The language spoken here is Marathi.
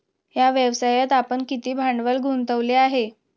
या व्यवसायात आपण किती भांडवल गुंतवले आहे?